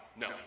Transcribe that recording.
no